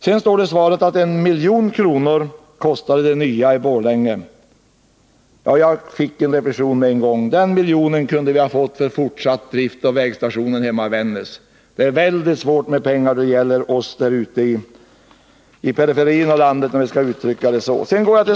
Det står i svaret att den nya inredningen i Borlänge kostade 1 milj.kr. Jag gjorde en reflexion med en gång: Den miljonen kunde vi ha fått för fortsatt drift av vägstationen hemma i Vännäs. Det är mycket ont om pengar när det gäller oss där ute i periferin av landet.